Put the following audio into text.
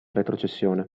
retrocessione